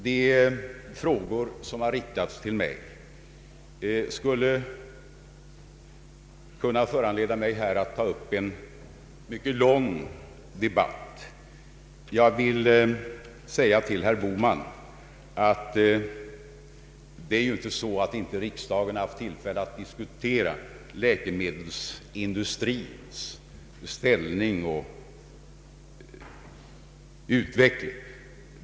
De frågor som har riktats till mig skulle kunna föranleda mig att ta upp en mycket lång debatt. Jag vill säga till herr Bohman att det ju inte är så att riksdagen inte haft tillfälle att diskutera läkemedelsindustrins = ställning och utveckling.